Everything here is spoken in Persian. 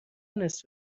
نصف